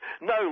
no